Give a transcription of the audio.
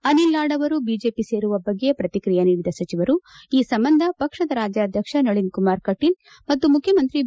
ಅನಿಲ್ ಲಾಡ್ ಅವರು ಬಿಜೆಪಿ ಸೇರುವ ಬಗ್ಗೆ ಶ್ರಕಿಕ್ರಿಯೆ ನೀಡಿದ ಸಚಿವರು ಈ ಸಂಬಂಧ ಪಕ್ಷದ ರಾಜ್ಯಾಧ್ಯಕ್ಷ ನಳನ್ ಕುಮಾರ್ ಕಟೀಲ್ ಮತ್ತು ಮುಖ್ಯಮಂತ್ರಿ ಬಿ